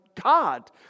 God